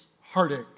heartache